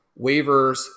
waivers